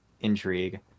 intrigue